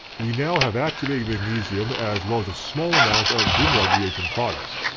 we know have activated magnesium as well as a small amount of grignard reagent product.